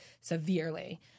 severely